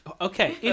okay